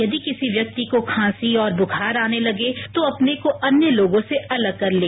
यदि किसी व्यक्ति को खांसी और बुखार आने लगे तो अपने को अन्य लोगों से अलग कर लें